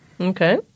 okay